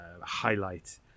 highlight